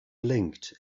blinked